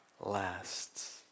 lasts